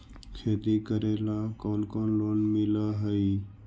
खेती करेला कौन कौन लोन मिल हइ?